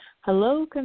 Hello